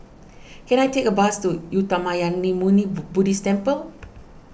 can I take a bus to Uttamayanmuni Buddhist Temple